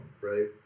right